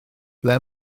ble